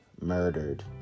murdered